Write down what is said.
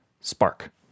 spark